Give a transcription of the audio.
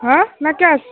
ହଁ ନା କ୍ୟାସ୍